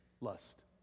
lust